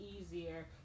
easier